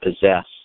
possess